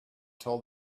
told